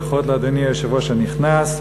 ברכות לאדוני היושב-ראש הנכנס.